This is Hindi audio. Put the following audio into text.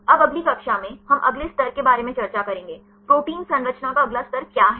अब अगली कक्षा में हम अगले स्तर के बारे में चर्चा करेंगे प्रोटीन संरचना का अगला स्तर क्या है